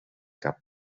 cap